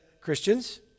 Christians